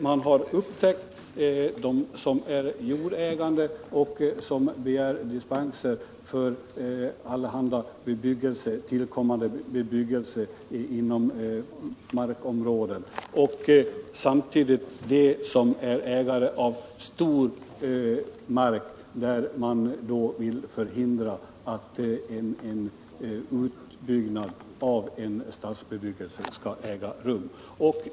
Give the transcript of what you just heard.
Man har upptäckt dem som är jordägande och som begär dispenser för allehanda tillkommande bebyggelse inom sina markområden och dem som är ägare till stora markområden, där vederbörande vill förhindra stadsbebyggelse.